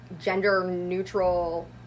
gender-neutral